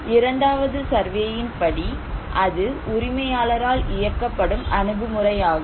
இரண்டாவது சர்வேயின்படி அது உரிமையாளரால் இயக்கப்படும் அணுகுமுறையாகும்